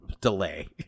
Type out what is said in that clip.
delay